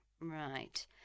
Right